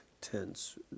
tense